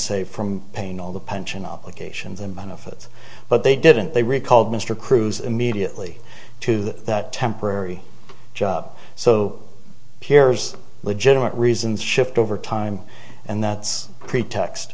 say from paying all the pension obligations and benefits but they didn't they recalled mr cruz immediately to the that temporary job so here's legitimate reasons shift over time and that's a pretext